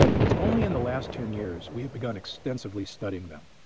it's only in the last ten years we have begun extensively studying them.